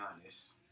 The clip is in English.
honest